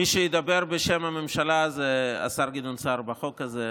מי שידבר בשם הממשלה, זה השר גדעון סער בחוק הזה.